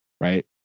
right